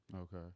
Okay